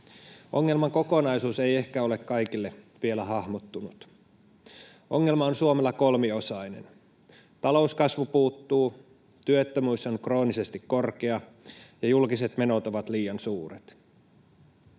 Ongelman kokonaisuus ei ehkä ole kaikille vielä hahmottunut. Ongelma on Suomella kolmiosainen: talouskasvu puuttuu, työttömyys on kroonisesti korkea, ja julkiset menot ovat liian suuret.